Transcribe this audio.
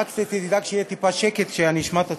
רק שתדאג שיהיה טיפה שקט, שאני אשמע את עצמי.